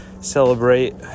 celebrate